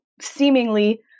seemingly